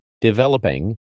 developing